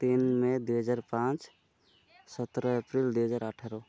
ତିନି ମେ ଦୁଇହଜାର ପାଞ୍ଚ ସତର ଏପ୍ରିଲ ଦୁଇହଜାର ଅଠର